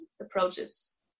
approaches